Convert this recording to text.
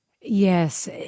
Yes